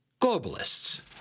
Globalists